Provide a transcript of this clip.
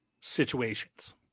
situations